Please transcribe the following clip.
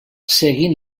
seguint